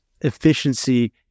efficiency